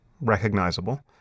recognizable